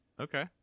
Okay